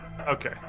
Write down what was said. Okay